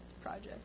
project